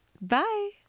Bye